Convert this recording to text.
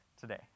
today